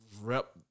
rep